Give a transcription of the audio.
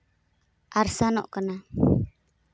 ᱟᱨᱥᱟᱱᱚᱜ ᱠᱟᱱᱟ